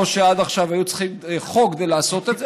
לא שעד עכשיו היו צריכים חוק כדי לעשות את זה,